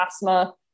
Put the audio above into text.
asthma